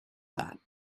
that